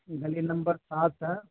گلی نمبر سات ہے